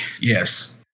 Yes